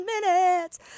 minutes